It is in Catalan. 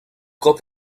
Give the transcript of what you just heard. cop